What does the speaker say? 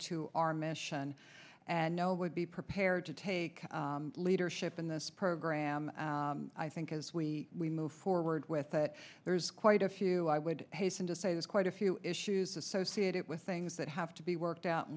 to our mission and no would be prepared to take leadership in this program i think as we move forward with that there's quite a few i would hasten to say that's quite a few issues associated with things that have to be worked out and